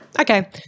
Okay